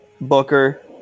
Booker